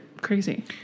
crazy